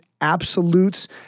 absolutes